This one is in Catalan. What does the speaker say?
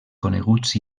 coneguts